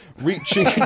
reaching